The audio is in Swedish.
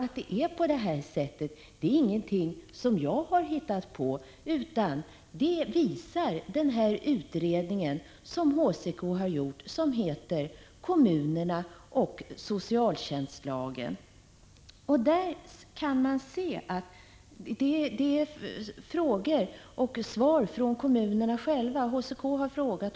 Att det är på det här sättet är ingenting som jag har hittat på utan det visar den utredning som HCK har gjort och som heter Kommunerna och socialtjänstlagen. HCK har ställt frågor som kommunerna har besvarat.